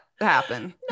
happen